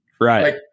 right